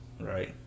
Right